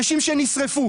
אנשים שנשרפו.